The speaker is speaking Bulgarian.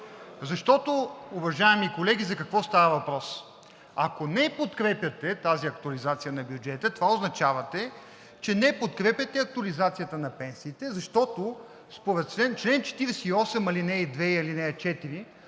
Защото, уважаеми колеги, за какво става въпрос? Ако не подкрепяте тази актуализация на бюджета, това означава, че не подкрепяте актуализацията на пенсиите, защото според чл. 48, ал. 2 и ал. 4